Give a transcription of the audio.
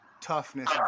toughness